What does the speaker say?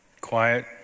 Quiet